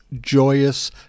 joyous